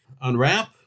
unwrap